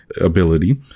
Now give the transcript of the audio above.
ability